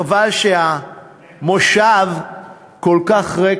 חבל שהמושב כל כך ריק.